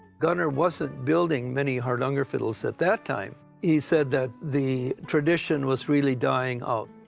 gunnar wasn't building many hardanger fiddles at that time. he said that the tradition was really dying out.